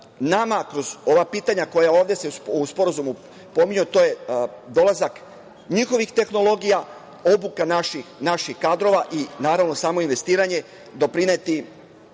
nama kroz ova pitanja koja se ovde u sporazumu pominju, a to su dolazak njihovih tehnologija, obuka naših kadrova i, naravno, samoinvestiranje, doprineti